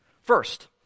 First